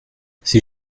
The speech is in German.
sie